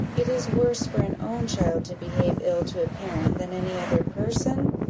it is worse for an own child to behave ill to a parent than any other person?